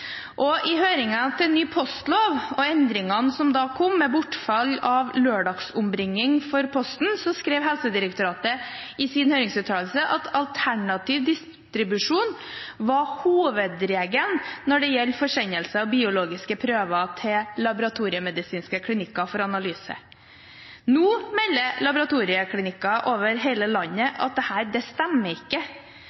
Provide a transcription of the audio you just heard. I høringen til ny postlov og endringene som da kom, med bortfall av lørdagsombringing for Posten, skrev Helsedirektoratet i sin høringsuttalelse at alternativ distribusjon var hovedregelen når det gjelder forsendelse av biologiske prøver til laboratoriemedisinske klinikker for analyse. Nå melder laboratorieklinikker over hele landet